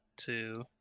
two